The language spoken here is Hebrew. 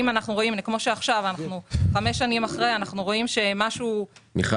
כפי שעכשיו חמש שנים אחרי רואים שאפשר לשפר משהו --- מיכל,